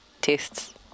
tests